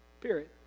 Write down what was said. period